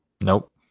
Nope